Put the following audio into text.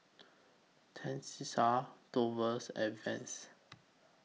Tenisha Dovie's and Vance